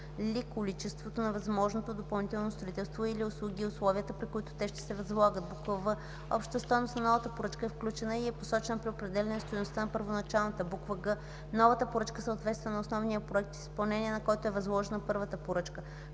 или количеството на възможното допълнително строителство или услуги и условията, при които те ще се възлагат; в) общата стойност на новата поръчка е включена и е посочена при определяне стойността на първоначалната; г) новата поръчка съответства на основния проект, в изпълнение на който е възложена първата поръчка;